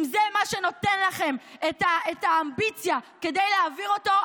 אם זה מה שנותן לכם את האמביציה כדי להעביר אותו,